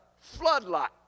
floodlight